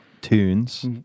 tunes